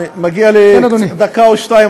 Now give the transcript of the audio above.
המדינה יהודית-דמוקרטית